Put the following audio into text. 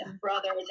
brothers